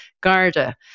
Garda